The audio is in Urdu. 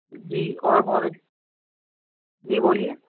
جی اور بہت اچھا جی بولئے